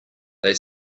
they